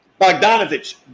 bogdanovich